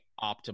optimal